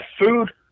food